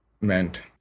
meant